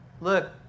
look